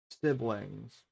siblings